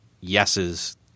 yeses